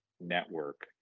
network